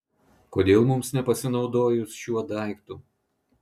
kodėl mums nepasinaudojus šiuo daiktu